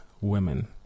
women